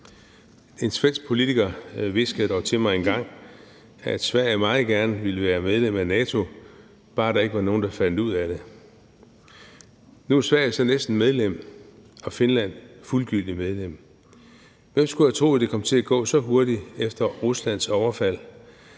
En svensk politiker hviskede dog til mig engang, at Sverige meget gerne ville være medlem af NATO, bare der ikke var nogen, der fandt ud af det. Nu er Sverige så næsten medlem, og Finland fuldgyldigt medlem. Hvem skulle have troet, det kom til at gå så hurtigt efter Ruslands overfald?